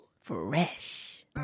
Fresh